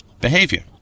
behavior